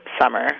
summer